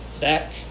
back